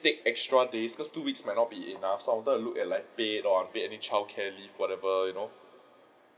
take extra days cos' two weeks might not be enough so I wanted to look at like paid or unpaid any child care leave whatever you know